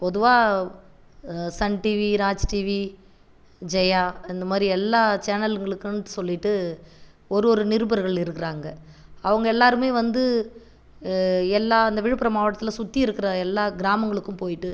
பொதுவாக Sun TV Raj TV Jaya இந்த மாரி எல்லா சேனல்களுக்குன்னு சொல்லிவிட்டு ஒரு ஒரு நிருபர்கள் இருக்குறாங்க அவங்க எல்லாருமே வந்து எல்லா இந்த விழுப்புரம் மாவட்டத்தில் சுற்றி இருக்கிற எல்லா கிராமங்களுக்கும் போயிவிட்டு